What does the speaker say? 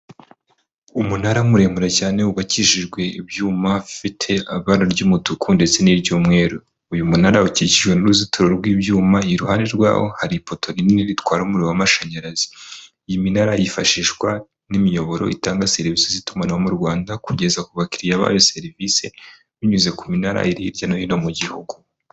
Umunara muremure cyane wubakishijwe ibyuma bifite ibara ry'umutuku ndetse n'iry'umweru. Uyu munara ukikijwe n'uruzitiro rw'ibyuma, iruhande rwawo hari ipoto rinini bitwara umuriro w'amashanyarazi. Iyi minara yifashishwa n'imiyoboro itanga serivisi z'itumanaho Rwanda kugeza ku bakiriya bayo serivise, binyuze ku minara iri hirya no hino mu gihugu.